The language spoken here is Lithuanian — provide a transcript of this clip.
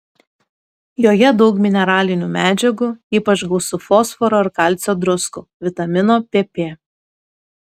joje daug mineralinių medžiagų ypač gausu fosforo ir kalcio druskų vitamino pp